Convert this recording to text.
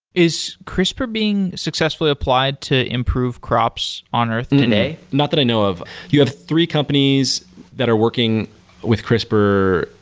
is crispr being successfully applied to improve crops on earth today? not that i know of. you have three companies that are working with crispr,